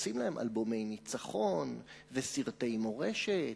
עושים להם אלבומי ניצחון וסרטי מורשת,